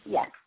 Yes